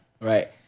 Right